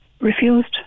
refused